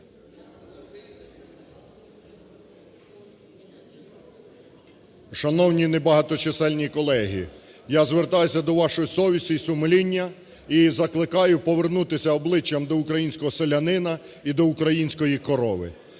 Шановні небаготочисельні колеги, я звертаюся до вашої совісті і сумління і закликаю повернутися обличчям до українського селянина і до української корови.